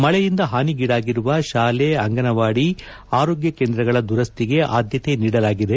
ಮಳೆಯಿಂದ ಹಾನಿಗೀಡಾಗಿರುವ ಶಾಲೆ ಅಂಗನವಾದಿ ಆರೋಗ್ಯ ಕೇಂದ್ರಗಳ ದುರಸ್ತಿಗೆ ಆದ್ಯತೆ ನೀಡಲಾಗಿದೆ